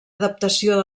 adaptació